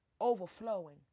Overflowing